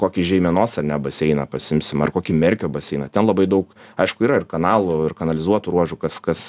kokį žeimenos ane baseiną pasiimsim ar kokį merkio baseiną ten labai daug aišku yra ir kanalų ir kanalizuotų ruožų kas kas